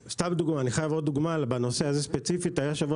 עוד דוגמה בנושא הזה ספציפית: הייתה שבוע